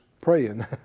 praying